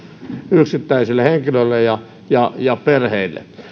yksittäiselle henkilölle ja ja perheille